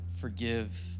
forgive